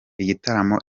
igitaramo